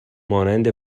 مانند